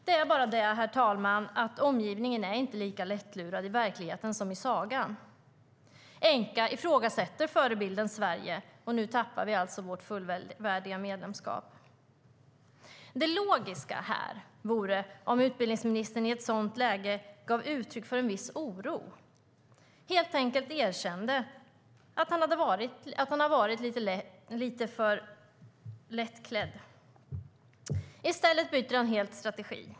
Det är bara det, herr talman, att omgivningen inte är lika lättlurad i verkligheten som i sagan. Enqa ifrågasätter förebilden Sverige, och nu tappar vi alltså vårt fullvärdiga medlemskap. Det logiska vore om utbildningsministern i ett sådant läge gav uttryck för en viss oro och helt enkelt erkände att han har varit lite för lättklädd. I stället byter han helt strategi.